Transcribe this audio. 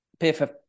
PFF